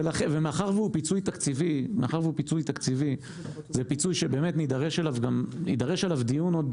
ומאחר שהוא פיצוי תקציבי זה פיצוי שיידרש עליו דיון עוד